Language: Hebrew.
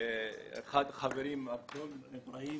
לחברי אברהים,